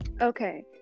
Okay